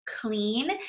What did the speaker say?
clean